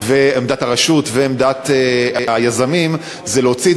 ועמדת הרשות ועמדת היזמים היא להוציא את